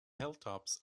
hilltops